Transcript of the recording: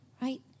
Right